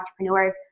entrepreneurs